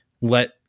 Let